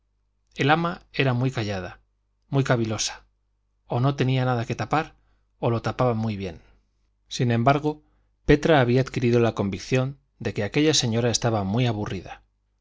el ama era muy callada muy cavilosa o no tenía nada que tapar o lo tapaba muy bien sin embargo petra había adquirido la convicción de que aquella señora estaba muy aburrida